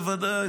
בוודאי,